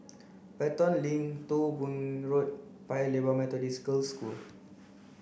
Pelton Link Thong Bee Road Paya Lebar Methodist Girls' School